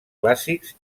clàssics